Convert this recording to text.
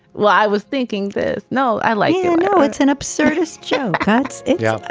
well, i was thinking this no, i like you know it's an absurdist joke. cuts. yeah.